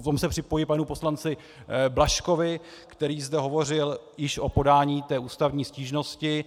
V tom se připojuji k panu poslanci Blažkovi, který zde hovořil již o podání té ústavní stížnosti.